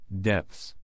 Depths